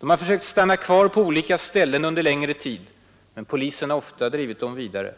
De har försökt stanna kvar på olika ställen under längre tid, men polisen har ofta drivit dem vidare.